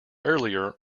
earlier